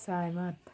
सहमत